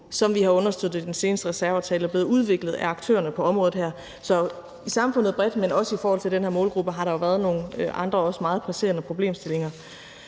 som vi har understøttet i den seneste reserveaftale, er blevet udviklet af aktørerne på området her. Så i samfundet bredt, men også i forhold til den her målgruppe har der jo været nogle andre også meget presserende problemstillinger.